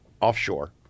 offshore